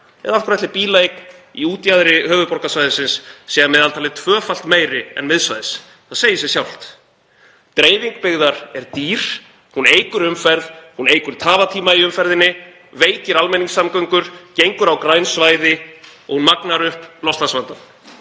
eða af hverju ætli bílaeign í útjaðri höfuðborgarsvæðisins sé að meðaltali tvöfalt meiri en miðsvæðis? Það segir sig sjálft. Dreifing byggðar er dýr, hún eykur umferð. Hún eykur tafatíma í umferðinni, veikir almenningssamgöngur, gengur á græn svæði og hún magnar upp loftslagsvandann.